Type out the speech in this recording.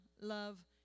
love